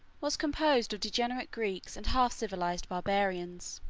was composed of degenerate greeks and half-civilized barbarians.